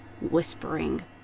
whispering